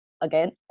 again